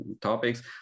topics